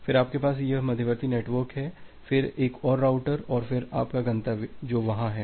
फिर आपके पास यह मध्यवर्ती नेटवर्क है फिर एक और राउटर और फिर आपका गंतव्य जो वहां है